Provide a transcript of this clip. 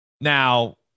Now